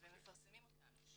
ומפרסמים אותם.